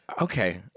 Okay